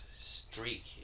streak